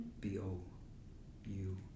B-O-U